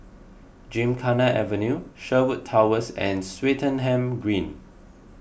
Gymkhana Avenue Sherwood Towers and Swettenham Green